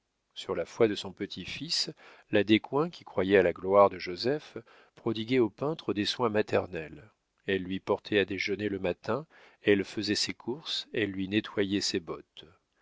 sur la foi de son petit-fils la descoings qui croyait à la gloire de joseph prodiguait au peintre des soins maternels elle lui portait à déjeuner le matin elle faisait ses courses elle lui nettoyait ses bottes